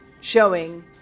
showing